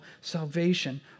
salvation